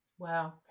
Wow